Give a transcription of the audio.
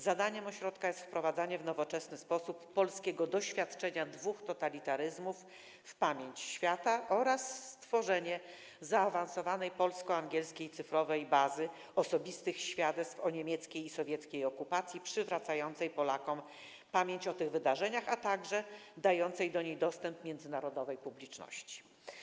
Zadaniem ośrodka jest wprowadzanie w nowoczesny sposób polskiego doświadczenia dwóch totalitaryzmów do pamięci świata oraz stworzenie zaawansowanej polsko-angielskiej cyfrowej bazy osobistych świadectw mówiących o niemieckiej i sowieckiej okupacji przywracającej Polakom pamięć o tych wydarzeniach, a także dającej do nich dostęp międzynarodowej publiczności.